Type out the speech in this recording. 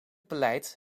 beleid